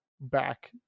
back